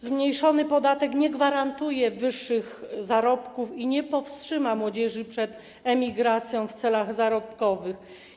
Zmniejszony podatek nie gwarantuje wyższych zarobków i nie powstrzyma młodzieży przed emigracją w celach zarobkowych.